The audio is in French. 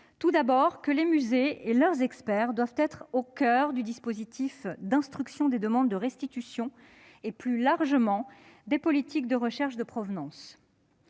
Tout d'abord, les musées et leurs experts doivent être au coeur du dispositif d'instruction des demandes de restitution et, plus largement, des politiques sur la recherche de provenance.